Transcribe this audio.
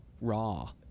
raw